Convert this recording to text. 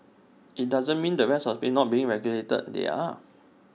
IT doesn't mean the rest of the space not being regulated they are